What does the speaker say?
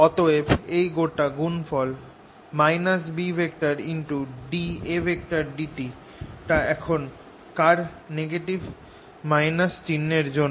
অতএব এই গোটা গুণফল BddtA টা এখান কার নেগেটিভ - চিহ্নর জন্য